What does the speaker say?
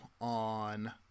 on